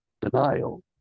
denial